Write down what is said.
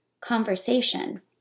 conversation